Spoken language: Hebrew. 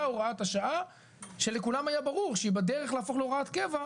הוראת השעה בזמן שלכולם היה ברור שהיא בדרך להפוך להוראת קבע,